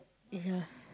it's a